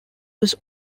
was